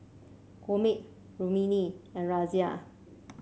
Gurmeet Rukmini and Razia